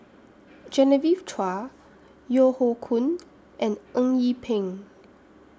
Genevieve Chua Yeo Hoe Koon and Eng Yee Peng